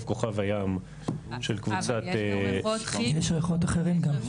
כוכב הים של קבוצת --- אבל יש גם ריחות כימיים.